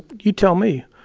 you tell me.